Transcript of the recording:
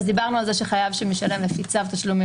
דיברנו על זה שחייב שמשלם לפי צו תשלומים,